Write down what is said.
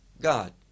god